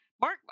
Mark